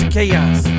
chaos